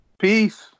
Peace